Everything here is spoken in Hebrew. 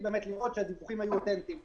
באמת ולראות שהדיווחים היו אותנטיים.